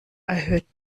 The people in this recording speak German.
erhöht